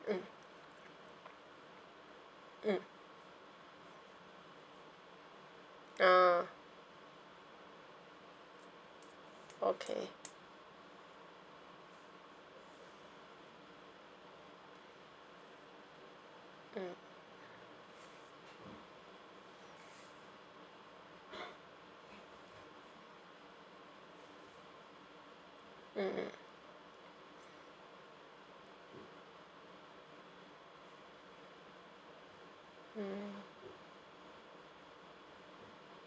mm mm oh okay mm mm mm mm